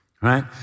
right